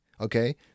okay